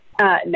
no